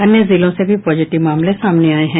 अन्य जिलों से भी पॉजिटिव मामले सामने आये हैं